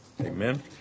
Amen